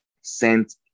sent